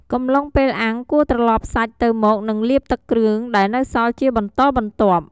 កំឡុងពេលអាំង គួរត្រឡប់សាច់ទៅមកនិងលាបទឹកគ្រឿងដែលនៅសល់ជាបន្តបន្ទាប់។